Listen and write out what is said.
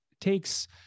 takes